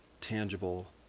Tangible